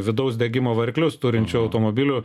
vidaus degimo variklius turinčių automobilių